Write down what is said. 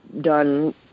done